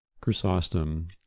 Chrysostom